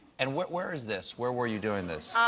and where where is this? where were you doing this?